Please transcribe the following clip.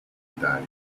italia